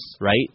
right